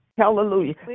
hallelujah